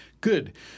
Good